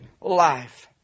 life